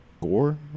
gore